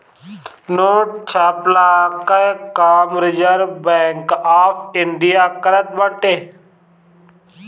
note छ्पला कअ काम रिजर्व बैंक ऑफ़ इंडिया करत बाटे